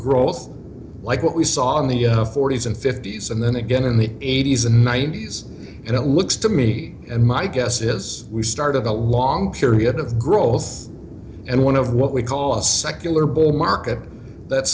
growth like what we saw in the forty's and fifty's and then again in the eighty's and ninety's and it looks to me and my guess is we start of a long period of growth and one of what we call a secular bull market that